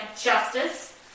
justice